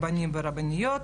רבנים ורבניות,